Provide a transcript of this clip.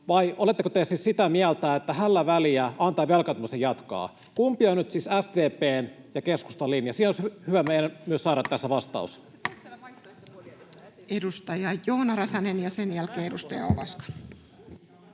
Vai oletteko te siis sitä mieltä, että hällä väliä, antaa velkaantumisen jatkua? Kumpi on nyt siis SDP:n ja keskustan linja? Siihen olisi hyvä meidän myös saada tässä vastaus. Edustaja Joona Räsänen, ja sen jälkeen edustaja Ovaska.